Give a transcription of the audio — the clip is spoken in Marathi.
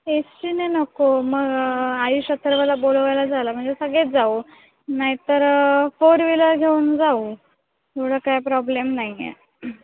एस टी ने नको मग आयुष अथर्वला बोलवायला झालं म्हणजे सगळेच जाऊ नाही तर फोर व्हिलर घेऊन जाऊ एवढा काय प्रॉब्लेम नाही आहे